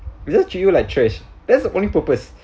because treat you like trash that's the only purpose